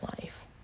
life